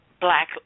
black